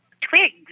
twigs